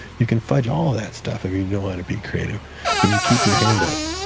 you can fudge all of that stuff if you know how to be creative if you keep your hand up.